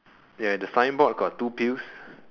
ya the signboard got two pill